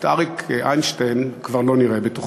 את אריק איינשטיין כבר לא נראה בתוכנו.